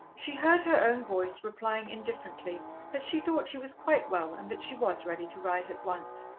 she heard her own voice replying indifferently that she thought she was quite well, and that she was ready to rise at once.